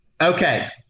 Okay